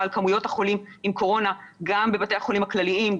על כמויות החולים עם קורונה גם בבתי החולים הכלליים,